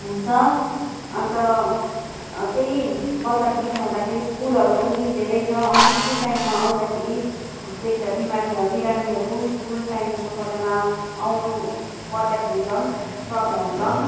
हुन्छ अन्त त्यही बजारको बिचमा हुँदाखेरि स्कुलहरू पनि धेरै छ अनि स्कुल टाइममा आउँदाखेरि बिरामी बिमारीहरू स्कुल टाइमको समयमा आउनु पर्दाखेरि झन् प्रब्लम झन्